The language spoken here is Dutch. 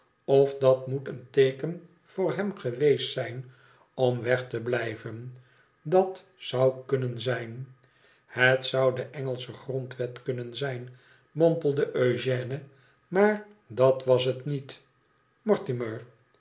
of het moet een teeken voor hem geweest zijn om weg te blijven dat zou kunnen zijn het zou de enelsche grondwet kunnen zijn mompelde eugène maar dat was het niet mortimer